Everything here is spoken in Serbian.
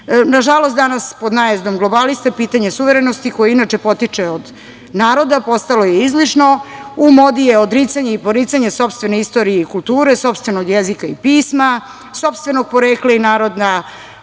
žalost, danas pod najezdom globalista, pitanje suverenosti koje inače potiče naroda postalo je izlišno. U modi je odricanje i poricanje sopstvene istorije i kulture, sopstvenog jezika i pisma, sopstvenog porekla naroda.